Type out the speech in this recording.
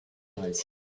nice